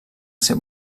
ser